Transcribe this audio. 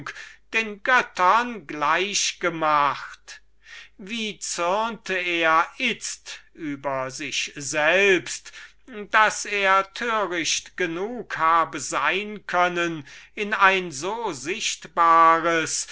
den göttern gleich gemacht wie zürnte er itzt über sich selbst daß er töricht genug hatte sein können in ein so sichtbares